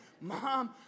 Mom